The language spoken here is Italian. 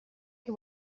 che